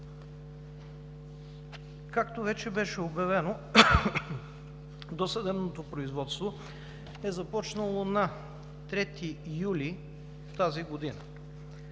Както вече беше обявено, досъдебното производство е започнало на 3 юли тази година.